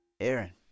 Aaron